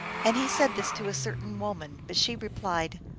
and he said this to a certain woman. but she re plied,